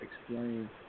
explain